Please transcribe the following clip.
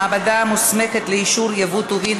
מעבדה מוסמכת לאישור ייבוא טובין),